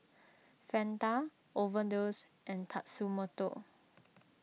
Fanta Overdose and Tatsumoto